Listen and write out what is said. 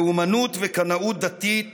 לאומנות וקנאות דתית